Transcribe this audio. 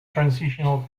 transitional